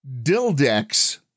Dildex